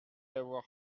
d’avoir